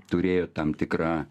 turėjo tam tikrą